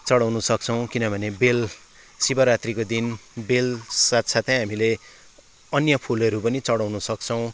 चढाउनु सक्छौँ किनभने बेेल शिवरात्रीको दिन बेल साथसाथै हामीले अन्य फुलहरू पनि चढाउन सक्छौँ